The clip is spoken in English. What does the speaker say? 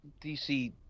DC